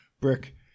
Brick